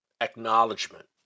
acknowledgement